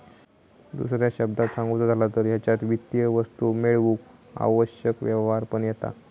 दुसऱ्या शब्दांत सांगुचा झाला तर हेच्यात वित्तीय वस्तू मेळवूक आवश्यक व्यवहार पण येता